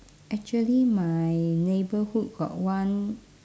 actually my neighbourhood got one